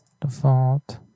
default